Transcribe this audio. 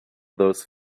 those